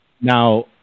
Now